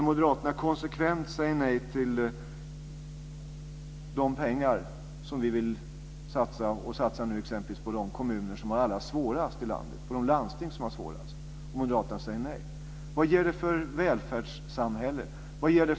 Moderaterna säger konsekvent nej till de pengar som vi nu vill satsa exempelvis på de kommuner och de landsting som har det allra svårast i landet. Vad ger det för välfärdssamhälle?